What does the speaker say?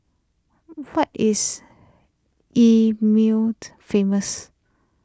what is E mured famous